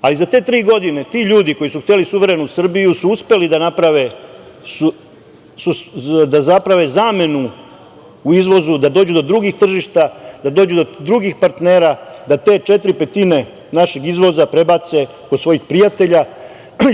ali za te tri godine ti ljudi koji su hteli suverenu Srbiju su uspeli da naprave zamenu u izvozu, da dođu do drugih tržišta, da dođu do drugih partnera, da te četiri petine našeg izvoza prebace kod svojih prijatelja